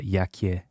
jakie